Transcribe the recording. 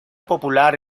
popular